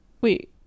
Wait